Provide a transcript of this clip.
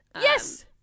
Yes